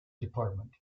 department